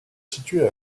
situé